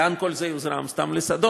לאן כל זה יוזרם, סתם לשדות?